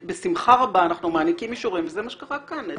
בשמחה רבה אנחנו מעניקים אישורים וזה מה שקרה כאן.